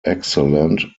excellent